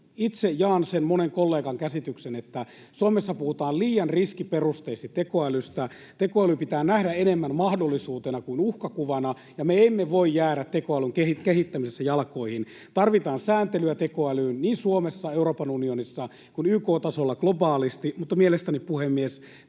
itse jaan sen monen kollegan käsityksen, että Suomessa puhutaan liian riskiperusteisesti tekoälystä. Tekoäly pitää nähdä enemmän mahdollisuutena kuin uhkakuvana, ja me emme voi jäädä tekoälyn kehittämisessä jalkoihin. Tarvitaan sääntelyä tekoälyyn niin Suomessa, Euroopan unionissa kuin YK-tasolla globaalisti, mutta mielestäni, puhemies,